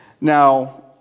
Now